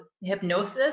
hypnosis